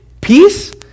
peace